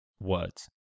Words